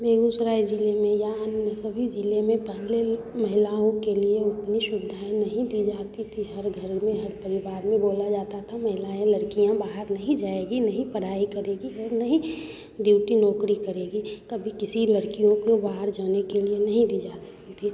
बेगूसराय ज़िले में या अन्य सभी ज़िलों में पहले महिलाओं के लिए उतनी सुविधाएँ नहीं दी जाती थी हर घर में हर परिवार में बोला जाता था महिलाएँ लड़कियाँ बाहर नहीं जाएँगी नहीं पढ़ाई करेंगी और नहीं ड्यूटी नौकरी करेंगी कभी किसी लड़कियों को बाहर जाने के लिए नहीं दी जा थी